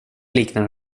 liknar